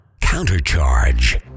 Countercharge